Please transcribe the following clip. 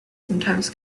sometimes